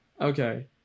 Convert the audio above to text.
okay